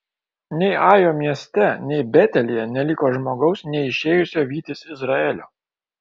nei ajo mieste nei betelyje neliko žmogaus neišėjusio vytis izraelio